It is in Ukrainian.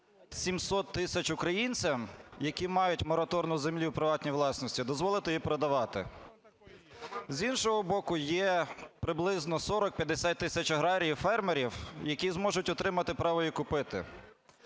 700 тисяч українцям, які мають мораторій на землю у приватній власності, дозволити її продавати, з іншого боку, є приблизно 40-50 тисяч аграріїв, фермерів, які зможуть отримати право її купити.